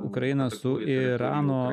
ukrainą su irano